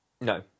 No